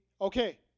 Okay